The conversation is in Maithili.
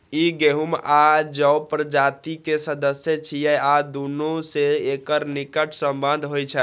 ई गहूम आ जौ प्रजाति के सदस्य छियै आ दुनू सं एकर निकट संबंध होइ छै